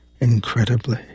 Incredibly